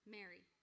Mary